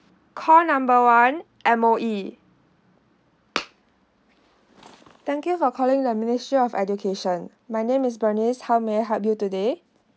call number one M_O_E thank you for calling the ministry of education my name is bernice how may I help you today